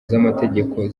z’amategeko